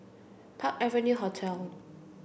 Park Avenue Hotel